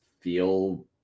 feel